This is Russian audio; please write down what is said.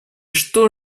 что